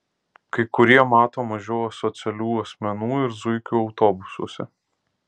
kai kurie mato mažiau asocialių asmenų ir zuikių autobusuose